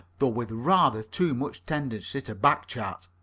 though with rather too much tendency to back-chat.